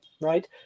right